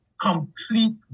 complete